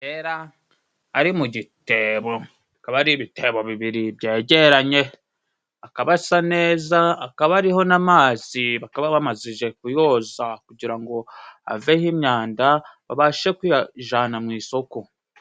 Amapera ari mu gitebo. Akaba ari ibitebo bibiri byegeranye, akaba asa neza, akaba ariho n'amazi bakaba bamazije kuyoza kugira ngo aveho imyanda, babashe kuyajana mu isoko.